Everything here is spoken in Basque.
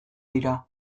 dira